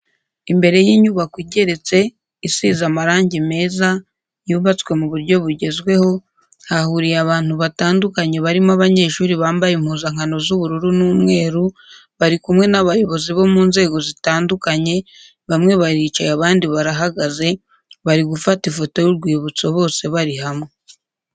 Imbere y'inyubako igeretse, isize amarangi meza yubatswe mu buryo bugezweho hahuriye abantu batandukanye barimo abanyeshuri bambaye impuzankano z'ubururu n'umweru, bari kumwe n'abayobozi bo mu nzego zitandukanye, bamwe baricaye abandi barahagaze bari gufata ifoto y'urwibutso bose bari hamwe.